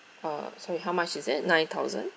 uh I'm sorry how much is it nine thousand